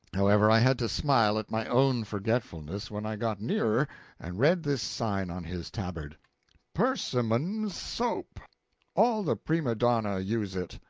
however, i had to smile at my own forgetfulness when i got nearer and read this sign on his tabard persimmon's soap all the prime-donna use it.